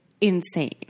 insane